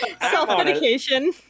self-medication